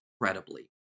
incredibly